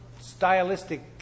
stylistic